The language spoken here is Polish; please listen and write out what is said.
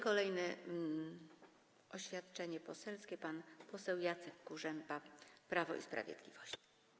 Kolejny oświadczenie poselskie wygłosi pan poseł Jacek Kurzępa, Prawo i Sprawiedliwość.